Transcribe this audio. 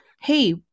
hey